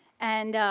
and